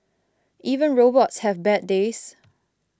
even robots have bad days